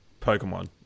Pokemon